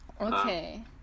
Okay